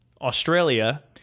Australia